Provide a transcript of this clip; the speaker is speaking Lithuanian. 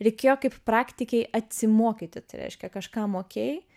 reikėjo kaip praktikai atsimokyti tai reiškia kažką mokėjai